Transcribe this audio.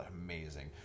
amazing